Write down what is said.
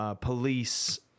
Police